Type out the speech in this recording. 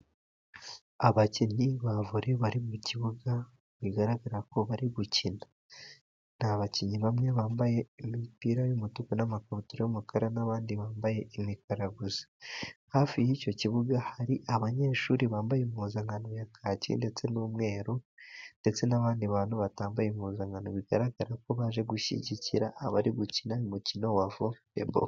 Abakinnyi bavore boru bari mu kibuga bigaragara ko bari gukina, n'abakinnyi bamwe bambaye imipira y'umutuku, n'amakabutura y'umukara n'abandi bambaye imikara gusa, hafi y'icyo kibuga hari abanyeshuri bambaye impuzankano ya kaki ndetse n'umweru, ndetse n'abandi bantu batambaye impuzankano bigaragara ko baje gushyigikira abari gukina uyu umukino bavore boru.